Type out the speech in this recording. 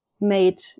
made